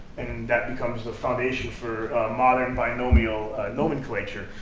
and that becomes the foundation for modern binomial nomenclature.